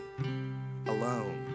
alone